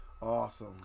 Awesome